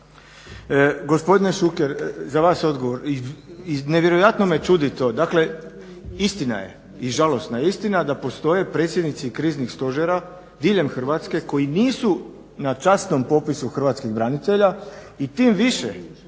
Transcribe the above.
Gospodine Šuker, za vas odgovor. Nevjerojatno me čudi to, dakle istina je i žalosna je istina da postoje predsjednici kriznih stožera diljem Hrvatske koji nisu na časnom popisu hrvatskih branitelja i tim više